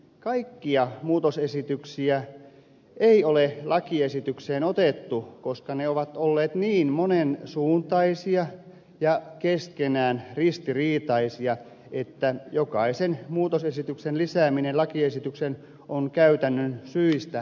kaikkia muutosesityksiä ei ole lakiesitykseen otettu koska ne ovat olleet niin monen suuntaisia ja keskenään ristiriitaisia että jokaisen muutosesityksen lisääminen lakiesitykseen on käytännön syistä mahdotonta